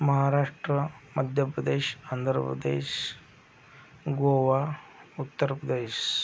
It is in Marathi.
महाराष्ट्र मध्यप्रदेश आंध्र प्रदेश गोवा उत्तर प्रदेश